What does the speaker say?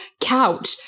couch